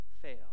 fail